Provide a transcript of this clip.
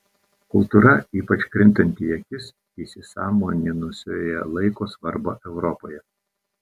kultūra ypač krintanti į akis įsisąmoninusioje laiko svarbą europoje